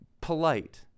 polite